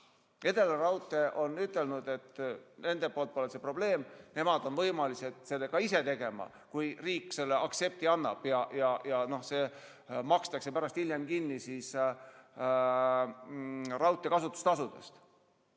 Edelaraudtee on ütelnud, et nendele pole see probleem, nemad on võimelised selle ka ise tegema, kui riik selle aktsepti annab ja see makstakse hiljem raudteekasutustasudest